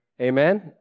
Amen